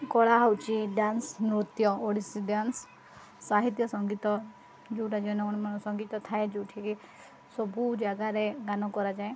କଳା ହଉଚି ଡ଼୍ୟାନ୍ସ ନୃତ୍ୟ ଓଡ଼ିଶୀ ଡ଼୍ୟାନ୍ସ ସାହିତ୍ୟ ସଙ୍ଗୀତ ଯେଉଁଟା ଜନ ଗଣ ମନ ସଙ୍ଗୀତ ଥାଏ ଯୋଉଠିକି ସବୁ ଜାଗାରେ ଗାନ କରାଯାଏ